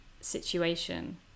situation